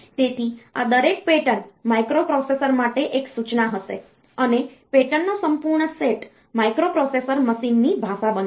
તેથી આ દરેક પેટર્ન માઇક્રોપ્રોસેસર માટે એક સૂચના હશે અને પેટર્ન નો સંપૂર્ણ સેટ માઇક્રોપ્રોસેસર મશીનની ભાષા બનાવશે